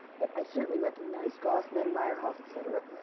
but i certainly recognized goffman, meiherhof, et cetera.